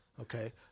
Okay